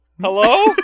Hello